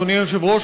אדוני היושב-ראש,